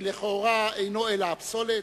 שלכאורה אינו אלא הפסולת,